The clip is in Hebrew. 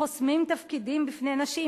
חוסמים תפקידים בפני נשים,